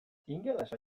ingelesa